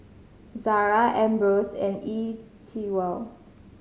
Zara Ambros and E Twow